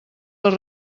les